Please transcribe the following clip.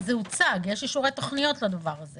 זה הוצג יש אישורי תוכניות לדבר הזה